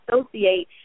associate